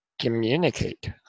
communicate